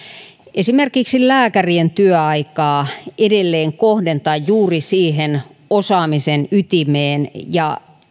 esimerkiksi lääkärien työaikaa edelleen kohdentaa juuri siihen osaamisen ytimeen ja